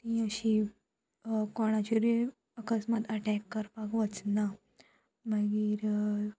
ती अशी कोणाचेरूय अकस्मात अटॅक करपाक वचना मागीर